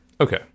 Okay